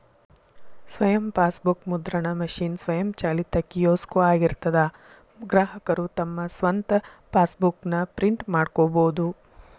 ಸ್ವಯಂ ಫಾಸ್ಬೂಕ್ ಮುದ್ರಣ ಮಷೇನ್ ಸ್ವಯಂಚಾಲಿತ ಕಿಯೋಸ್ಕೊ ಆಗಿರ್ತದಾ ಗ್ರಾಹಕರು ತಮ್ ಸ್ವಂತ್ ಫಾಸ್ಬೂಕ್ ನ ಪ್ರಿಂಟ್ ಮಾಡ್ಕೊಬೋದು